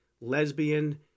lesbian